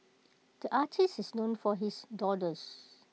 the artist is known for his doodles